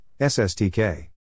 SSTK